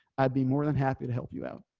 i'd be more than happy to help you out.